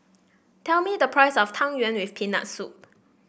tell me the price of Tang Yuen with Peanut Soup